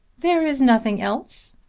there is nothing else?